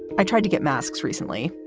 i tried to get masks recently.